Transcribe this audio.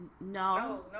No